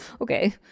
Okay